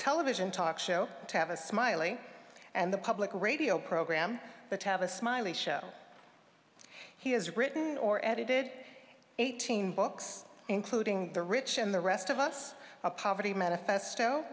television talk show to have a smiley and the public radio program that have a smiley show he has written or edited eighteen books including the rich and the rest of us a poverty manifesto